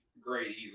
great